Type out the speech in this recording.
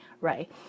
right